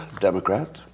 Democrat